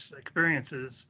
experiences